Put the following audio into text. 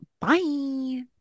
Bye